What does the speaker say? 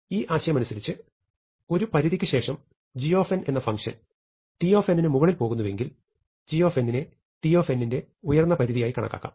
ഈ ആശയമനുസരിച്ച് ഒരു പരിധിക്ക് ശേഷം g എന്ന ഫങ്ങ്ഷൻ t ന് മുകളിൽ പോകുന്നുവെങ്കിൽ g നെ t ന്റെ ഉയർന്നപരിധിയായി കണക്കാക്കാം